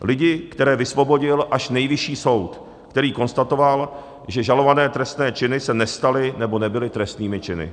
Lidi, které vysvobodil až Nejvyšší soud, který konstatoval, že žalované trestné činy se nestaly nebo nebyly trestnými činy.